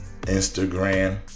instagram